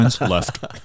left